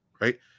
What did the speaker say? right